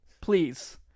please